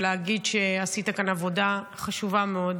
ולהגיד שעשית כאן עבודה חשובה מאוד.